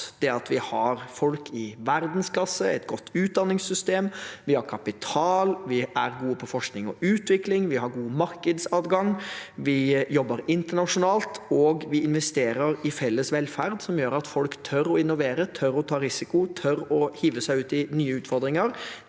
vi har folk i verdensklasse, et godt utdanningssystem og kapital, er gode på forskning og utvikling og har god markedsadgang, jobber internasjonalt og investerer i felles velferd som gjør at folk tør å innovere, ta risiko og hive seg ut i nye utfordringer